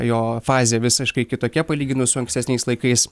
jo fazė visiškai kitokia palyginus su ankstesniais laikais